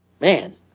man